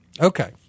Okay